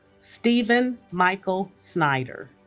steven michael snyder